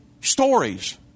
stories